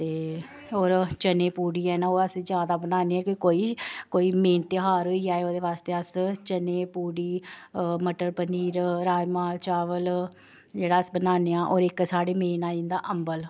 ते होर चने पूड़ी न ओह् अस ज्यादा बनान्ने क्योंकि कोई कोई मेन ध्यार होई जाए ओह्दे बाद आस्तै चने पूड़ी मटर पनीर राजमांह् चावल जेह्ड़ा अस बनान्ने आं होर इक साढ़े मेन आई जंदा अंबल